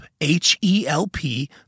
H-E-L-P